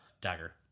dagger